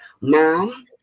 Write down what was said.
mom